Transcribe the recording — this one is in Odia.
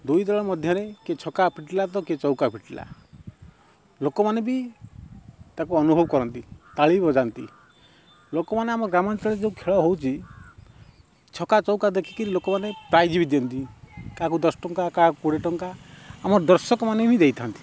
ଦୁଇ ଦଳ ମଧ୍ୟରେ କିଏ ଛକା ପିଟିଲା ତ କିଏ ଚଉକା ପିଟିଲା ଲୋକମାନେ ବି ତାକୁ ଅନୁଭବ କରନ୍ତି ତାଳି ବଜାନ୍ତି ଲୋକମାନେ ଆମ ଗ୍ରାମାଞ୍ଚଳରେ ଯେଉଁ ଖେଳ ହଉଛି ଛକା ଚଉକା ଦେଖିକିରି ଲୋକମାନେ ପ୍ରାଇଜ୍ ବି ଦିଅନ୍ତି କାହାକୁ ଦଶ ଟଙ୍କା କାହାକୁ କୋଡ଼ିଏ ଟଙ୍କା ଆମର ଦର୍ଶକମାନେ ବି ଦେଇଥାନ୍ତି